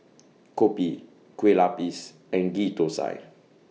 Kopi Kueh Lapis and Ghee Thosai